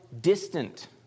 distant